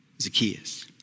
Zacchaeus